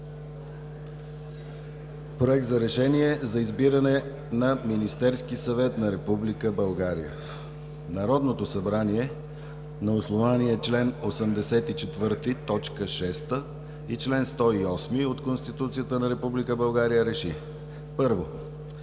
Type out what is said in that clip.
„Проект! РЕШЕНИЕ за избиране на Министерски съвет на Република България Народното събрание на основание чл. 84, т. 6 и чл. 108 от Конституцията на Република България РЕШИ: